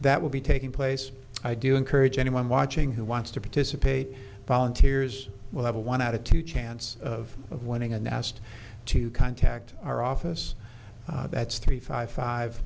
that will be taking place i do encourage anyone watching who wants to participate volunteers will have a one out of two chance of winning and asked to contact our office that's three five